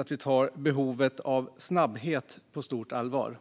att vi tar behovet av snabbhet på stort allvar.